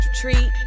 treat